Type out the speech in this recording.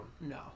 no